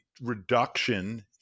reduction